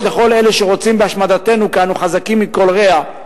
לכל אלה שרוצים בהשמדתנו כי אנחנו חזקים מכל רוע,